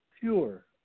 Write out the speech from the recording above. pure